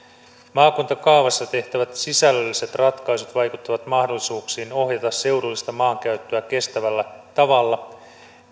maakuntakaavassa tehtävät sisällölliset ratkaisut vaikuttavat mahdollisuuksiin ohjata seudullista maankäyttöä kestävällä tavalla